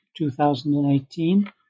2018